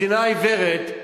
מדינה עיוורת.